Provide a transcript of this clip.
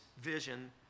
vision